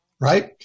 right